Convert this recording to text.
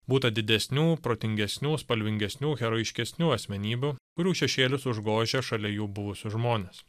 būta didesnių protingesnių spalvingesnių heroiškesnių asmenybių kurių šešėlis užgožia šalia jų buvusius žmones